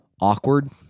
awkward